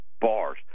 bars